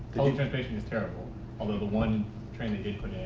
transportation is terrible although the one train and